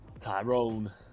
Tyrone